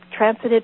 transited